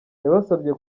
yabasabye